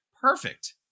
perfect